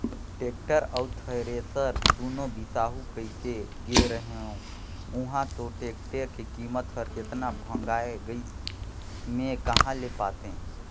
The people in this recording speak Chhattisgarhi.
टेक्टर अउ थेरेसर दुनो बिसाहू कहिके गे रेहेंव उंहा तो टेक्टर के कीमत हर एतना भंगाए गइस में कहा ले पातें